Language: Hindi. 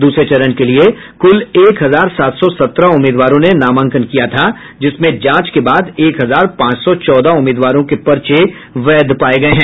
दूसरे चरण के लिये कुल एक हजार सात सौ सत्रह उम्मीदवारों ने नामांकन किया था जिसमें जांच के बाद एक हजार पांच सौ चौदह उम्मीदवारों के पर्चे वैध पाये गये हैं